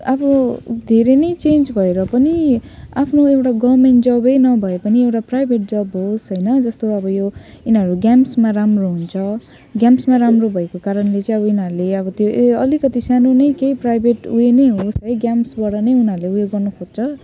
अब धेरै नै चेन्ज भएर पनि आफ्नो एउटा गभर्मेन्ट जब् नभए पनि एउटा प्राइभेट जब् होस् होइन जस्तो अब यो यिनीहरू गेम्समा राम्रो हुन्छ गेम्समा राम्रो भएको कारणले चाहिँ अब यिनीहरूले त्यो अलिकति सानो नै केही प्राइभेट उयो नै होस् है गेम्सबाट नै उनीहरूले उयो गर्न खोज्छ